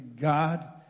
God